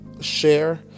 share